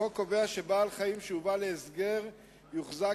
החוק קובע שבעל-חיים שהובא להסגר יוחזק